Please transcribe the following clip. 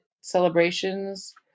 celebrations